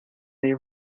they